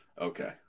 Okay